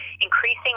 increasing